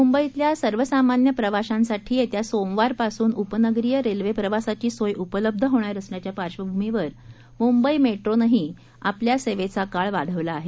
मुंबईतल्यासर्वसामान्यप्रवाशांसाठीयेत्यासोमवारपासूनउपनगरीयरेल्वेप्रवासाचीसोयउपलब्धहोणारअसल्याच्यापार्श्वभूमीवर मुंबईमेट्रोनंहीआपल्यासेवेचाकाळवाढवलाआहे